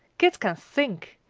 kit can think!